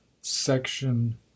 Section